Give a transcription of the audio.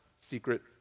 secret